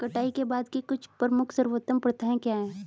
कटाई के बाद की कुछ प्रमुख सर्वोत्तम प्रथाएं क्या हैं?